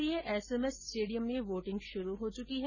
चुनाव के लिए एसएमएस स्टेडियम में वोटिंग शुरू हो चुकी है